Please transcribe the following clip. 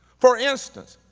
for instance,